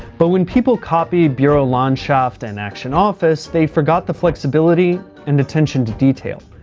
but when people copied burolandschaft and action office, they forgot the flexibility and attention to detail.